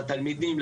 לתלמידים,